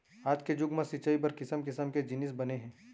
आज के जुग म सिंचई बर किसम किसम के जिनिस बने हे